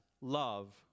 love